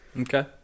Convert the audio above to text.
Okay